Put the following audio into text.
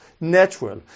Natural